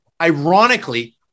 ironically